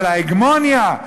אבל ההגמוניה,